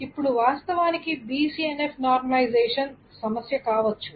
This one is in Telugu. ఇప్పుడు వాస్తవానికి BCNF నార్మలైజేషన్ సమస్య కావచ్చు